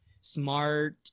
Smart